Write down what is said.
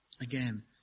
Again